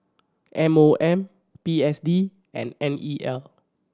M O M P S D and N E L